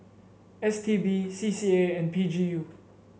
S T B C C A and P G U